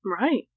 Right